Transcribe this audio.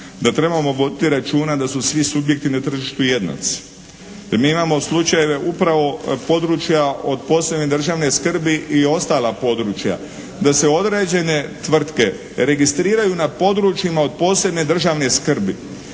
da trebamo voditi računa da su svi subjekti na tržištu …/Govornik se ne razumije./… Mi imamo slučajeve upravo područja od posebne državne skrbi i ostala područja da se određene tvrtke registriraju na područjima od posebne državne skrbi